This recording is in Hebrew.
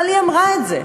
אבל היא אמרה את זה.